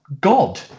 God